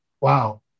Wow